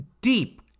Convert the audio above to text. deep